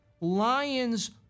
Lions